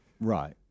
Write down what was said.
Right